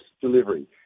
delivery